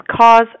cause